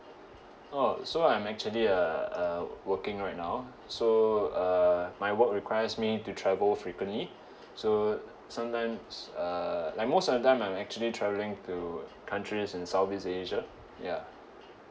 oh so I'm actually uh uh working right now so uh my work requires me to travel frequently so sometimes uh like most of the time I'm actually travelling to countries in southeast asia ya